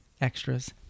extras